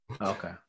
okay